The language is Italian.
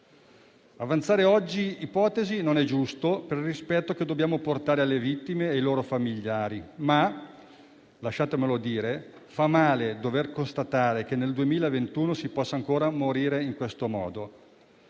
Avanzare oggi ipotesi non è giusto per il rispetto che dobbiamo portare alle vittime e ai loro familiari, ma - lasciatemelo dire - fa male dover constatare che nel 2021 si possa ancora morire in questo modo.